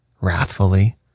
wrathfully